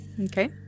Okay